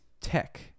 Tech